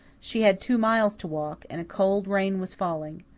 she had two miles to walk, and a cold rain was falling.